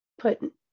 put